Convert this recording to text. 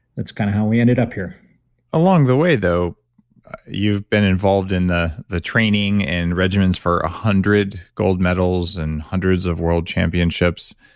that's kind of how we ended up here along the way though you've been involved in the the training and regimens for a hundred gold medals and hundreds of world championships.